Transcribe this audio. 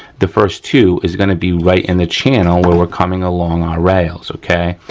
the first two is gonna be right in the channel where we're coming along our rails, okay.